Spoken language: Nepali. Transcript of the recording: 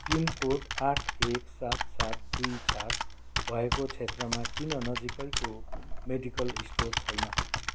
पिनकोड आठ एक सात सात दुई चार भएको क्षेत्रमा किन नजिकैको मेडिकल स्टोर छैन